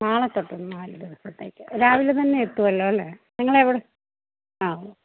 നാളെത്തൊട്ടു നാലു ദിവസത്തേക്കു രാവിലെ തന്നെ എത്തുമല്ലോ അല്ലേ നിങ്ങള് എവിടെ ആ